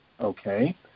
Okay